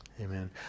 Amen